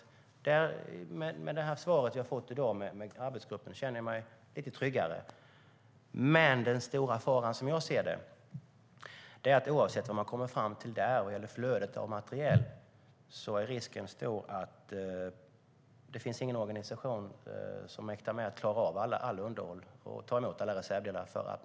Jag känner mig lite tryggare i och med det svar jag har fått i dag om arbetsgruppen. Men den stora faran, som jag ser det, är att oavsett vad man kommer fram till där vad gäller flödet av materiel är risken stor för att det inte finns någon organisation som mäktar med allt underhåll och klarar av att ta emot alla reservdelar.